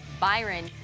Byron